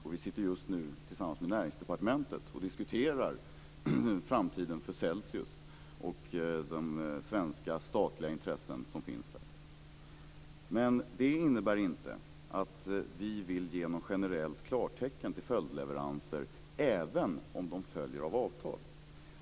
Vi diskuterar just nu tillsammans med Näringsdepartementet framtiden för Celsius och de svenska statliga intressen som finns där. Men det innebär inte att vi vill ge något generellt klartecken till följdleveranser, även om de följer av avtal.